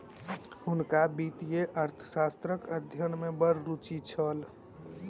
हुनका वित्तीय अर्थशास्त्रक अध्ययन में बड़ रूचि छल